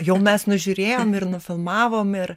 jau mes nužiūrėjom ir nufilmavom ir